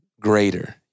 greater